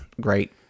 great